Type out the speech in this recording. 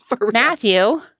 Matthew